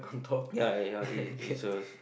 ya ya ya it it's a